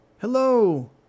Hello